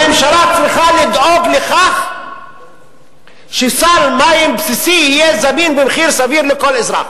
הממשלה צריכה לדאוג לכך שסל מים בסיסי יהיה זמין במחיר סביר לכל אזרח,